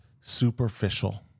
superficial